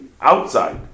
outside